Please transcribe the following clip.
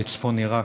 בצפון עיראק,